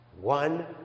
one